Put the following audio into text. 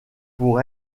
pour